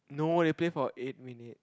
no leh play for eight minute